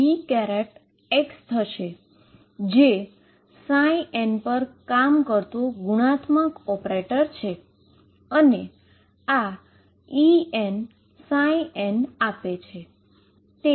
જે n પર કામ કરતો ગુણાત્મક ઓપરેટર છે અને આ Enn આપે છે